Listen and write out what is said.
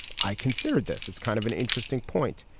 i considered this it's kind of an interesting point.